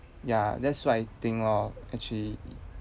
ya that's what I think lor actually